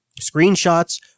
screenshots